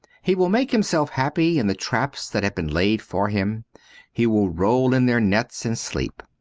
he will make himself happy in the traps that have been laid for him he will roll in their nets and sleep.